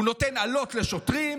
הוא נותן אלות לשוטרים,